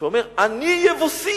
שאומר: אני יבוסי.